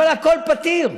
אבל הכול פתיר.